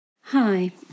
Hi